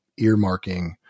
earmarking